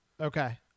Okay